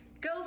go